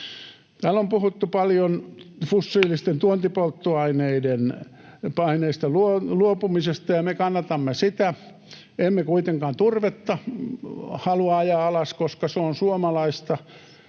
Täällä on puhuttu paljon fossiilisista tuontipolttoaineista luopumisesta, ja me kannatamme sitä. Emme kuitenkaan turvetta halua ajaa alas, koska se on suomalaista,